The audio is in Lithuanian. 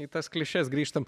į tas klišes grįžtam